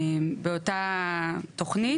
הייעוד באותה תוכנית,